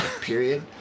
period